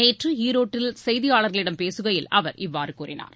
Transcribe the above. நேற்று ஈரோட்டில் செய்தியாளர்களிடம் பேசுகையில் அவர் இவ்வாறு கூறினார்